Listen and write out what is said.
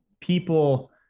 people